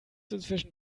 inzwischen